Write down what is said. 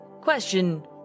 Question